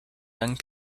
young